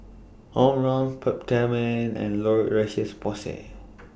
Omron Peptamen and La Roche Porsay